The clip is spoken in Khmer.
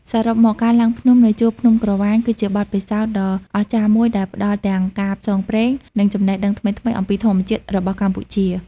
សរុបមក ការឡើងភ្នំនៅជួរភ្នំក្រវាញគឺជាបទពិសោធន៍ដ៏អស្ចារ្យមួយដែលផ្តល់ទាំងការផ្សងព្រេង និងចំណេះដឹងថ្មីៗអំពីធម្មជាតិរបស់កម្ពុជា។